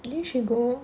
didn't she go